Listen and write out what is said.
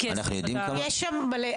יש שם מלא,